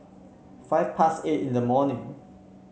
five past eight in the morning